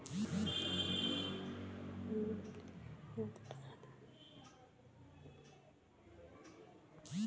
ಮಳೆಯಾಶ್ರಿತ ಪ್ರದೇಶದ ಅಭಿವೃದ್ಧಿ ಮಾಡಕ ಅಂತ ತೆಗ್ದಾರ